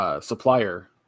supplier